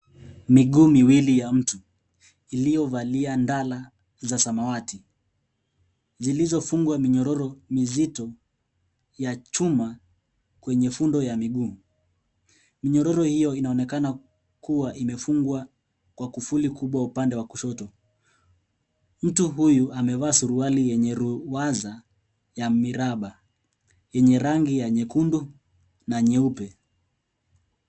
Miguu miwili ya mtu iliyovalia ndala za samawati zilizofungwa minyororo mizito ya chuma kwenye fundo ya mguu. Minyororo hiyo inaonekana kuwa imefungwa kwa kufuli kubwa kwa upande wa kushoto. Mtu huyu amevaa suruali yenye ruwaza ya miraba yenye rangi ya nyeundu na nyeupe.